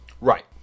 right